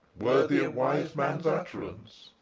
worthy a wise man's utterance,